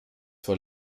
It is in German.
vor